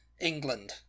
england